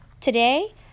Today